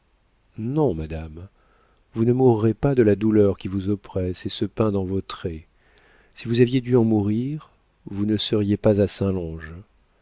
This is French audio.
non madame vous ne mourrez pas de la douleur qui vous oppresse et se peint dans vos traits si vous aviez dû en mourir vous ne seriez pas à